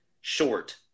short